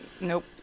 Nope